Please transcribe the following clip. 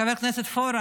חבר הכנסת פורר,